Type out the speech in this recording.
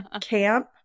Camp